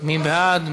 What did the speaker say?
מי בעד?